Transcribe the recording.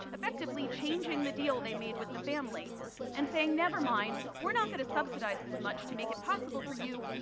effectively changing the deal they made with the family and saying never mind, we are not going to subsidize this much to make it possible for you.